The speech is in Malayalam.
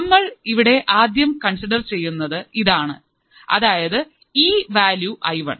നമ്മൾ ഇവിടെ ആദ്യം കൺസിഡർ ചെയ്യുന്നത് ഇതാണ്അതായത് ഇ വാല്യു ഐ വൺ